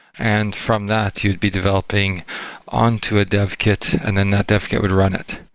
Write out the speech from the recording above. and from that, you'd be developing onto a dev kit and then that dev kit would run it.